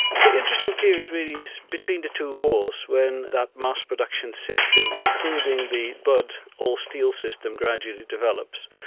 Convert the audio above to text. the interesting period really is between the two wars when that mass production system, including the budd all-steel system gradually develops,